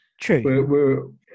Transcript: True